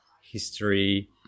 history